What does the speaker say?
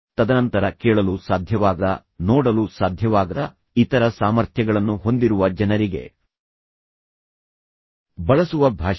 ತದನಂತರ ಕೇಳಲು ಸಾಧ್ಯವಾಗದ ನೋಡಲು ಸಾಧ್ಯವಾಗದ ಇತರ ಸಾಮರ್ಥ್ಯಗಳನ್ನು ಹೊಂದಿರುವ ಜನರಿಗೆ ಬಳಸುವ ಭಾಷೆ